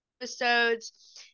episodes